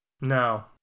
No